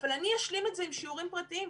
אני אשלים את זה עם שיעורים פרטיים.